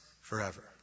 forever